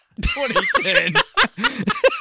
2010